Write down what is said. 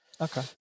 okay